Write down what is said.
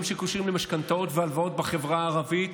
שקשורים למשכנתאות והלוואות בחברה הערבית.